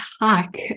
hack